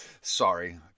Sorry